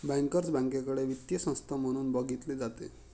bankers बँकेकडे वित्तीय संस्था म्हणून बघितले जाते